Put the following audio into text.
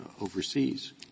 overseas